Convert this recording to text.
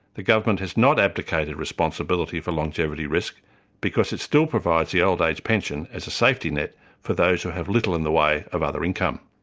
the government has not abdicated responsibility for longevity risk because it still provides the old age pension as a safety net for those who have little in the way of other income.